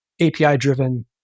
API-driven